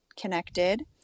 connected